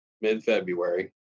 mid-February